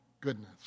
goodness